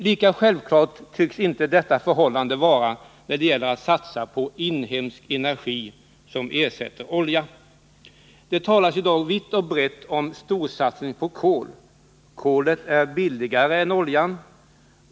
Lika självklart tycks inte detta förhållande vara när det gäller att skaffa inhemsk energi som ersättning för olja. Det talas i dag vitt och brett om storsatsning på kol. Kolet är billigare än oljan.